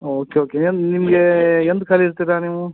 okay okay ಏನು ನಿಮಗೆ ಎಂದು ಖಾಲಿ ಇರ್ತೀರಾ ನೀವು